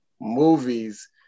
movies